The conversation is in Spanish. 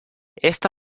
esta